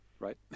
Right